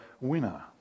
winner